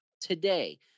today